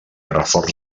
reforç